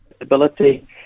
ability